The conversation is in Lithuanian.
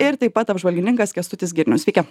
ir taip pat apžvalgininkas kęstutis girnius sveiki